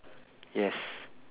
yes